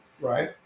Right